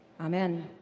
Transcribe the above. Amen